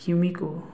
କିମିକୁ